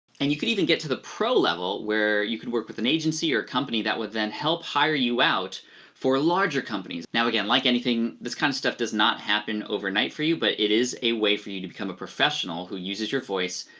and you could even get to the pro level where you can work with an agency or company that would then help hire you out for larger companies. now again, like anything, this kinda stuff does not happen overnight for you, but it is a way for you to become a professional who uses your voice,